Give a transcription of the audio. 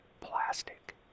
plastic